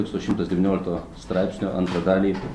su šimtas devyniolikto straipsnio antrą dalį